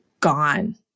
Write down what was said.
gone